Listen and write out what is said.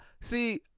See